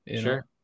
Sure